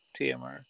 TMR